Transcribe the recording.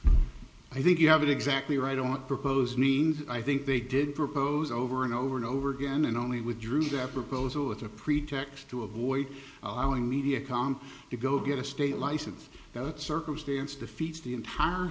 geiger i think you have it exactly right don't propose means i think they did propose over and over and over again and only withdrew their proposal with a pretext to avoid allowing media can you go get a state license that circumstance defeats the entire